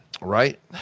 Right